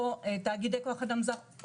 תאגיד לכוח אדם זר,